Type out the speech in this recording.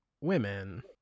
women